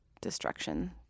destruction